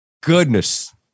goodness